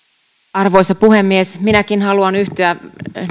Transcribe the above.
arvoisa puhemies minäkin haluan yhtyä